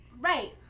right